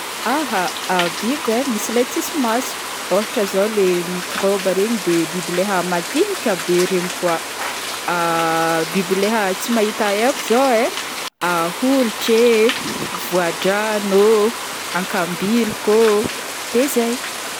Aha biby e, misy le tsisy maso, ohatra zao le microbe regny, de biby leha madiniky be regny koa, biby leha tsy mahita heko zao e: holitra e, voadragno ô, ankabiloka ô, de zay.